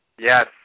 Yes